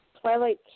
Twilight